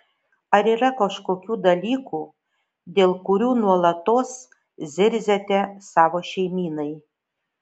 ar yra kažkokių dalykų dėl kurių nuolatos zirziate savo šeimynai